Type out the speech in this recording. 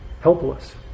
Helpless